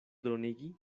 dronigi